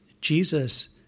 Jesus